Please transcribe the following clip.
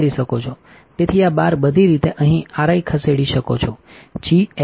તેથી આ બાર બધી રીતે અહીં RI ખસેડી શકો છોGHT